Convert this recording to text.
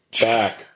back